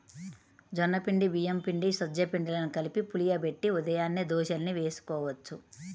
జొన్న పిండి, బియ్యం పిండి, సజ్జ పిండిలను కలిపి పులియబెట్టి ఉదయాన్నే దోశల్ని వేసుకోవచ్చు